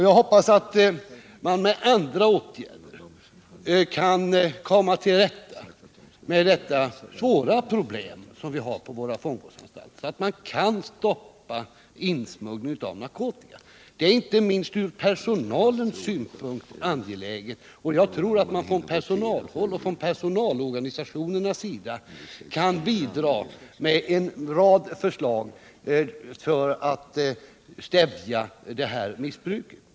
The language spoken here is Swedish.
Jag hoppas därför att man med andra åtgärder skall kunna komma till rätta med detta svåra problem på våra fångvårdsanstalter, så att insmugglingen av narkotika skall kunna stoppas. Detta är angeläget, inte minst från personalens egen synpunkt. Jag tror att man på personalhåll och från personalorganisationernas sida också med en rad förslag kan bidra till stävjandet av missbruket.